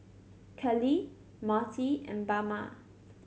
Kellie Marty and Bama